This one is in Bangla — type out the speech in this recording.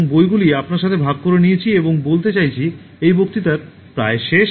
এবং বইগুলি আপনার সাথে ভাগ করে নিয়েছি এবং বলতে চাইছি এই বক্তৃতা প্রায় শেষ